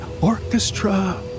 orchestra